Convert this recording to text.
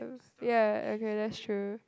ya okay that's true